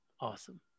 awesome